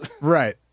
Right